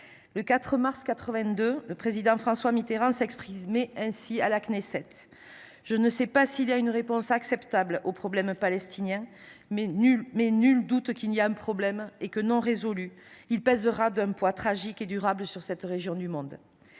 le 4 mars 1982, le président François Mitterrand s’exprimait ainsi à la Knesset :« Je ne sais s’il y a une réponse acceptable par tous au problème palestinien. Mais nul doute qu’il y a problème et que non résolu il pèsera d’un poids tragique et durable sur cette région du monde. »